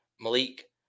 Malik